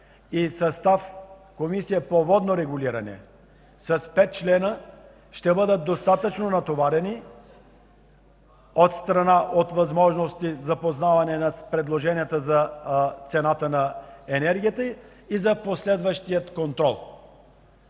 Комисия по водно регулиране с пет члена ще бъдат достатъчно натоварени от страна на възможности за запознаване с предложенията за цената на енергията и за последващия контрол.